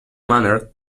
manner